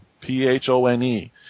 P-H-O-N-E